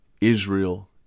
Israel